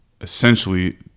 essentially